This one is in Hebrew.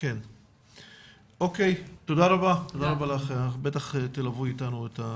תודה רבה לך, בטח תלוו אותנו.